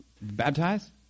Baptize